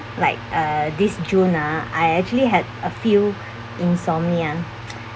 like uh this june ah I actually had a few insomnia